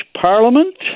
parliament